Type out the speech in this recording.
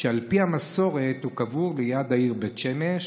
שעל פי המסורת קבור ליד העיר בית שמש,